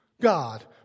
God